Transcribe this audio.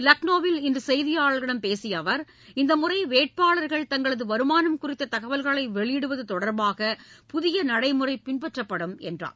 லக்னோவில் இன்று செய்தியாளர்களிடம் பேசிய அவர் இந்த முறை வேட்பாளர்கள் தங்களது வருமானம் குறித்த தகவல்களை வெளியிடுவது தொடர்பாக புதிய நடைமுறை பின்பற்றப்படுவதாக கூறினார்